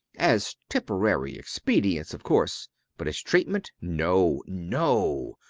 as temporary expedients, of course but as treatment, no, no.